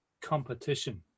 competition